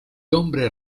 hombre